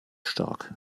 stark